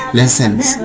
lessons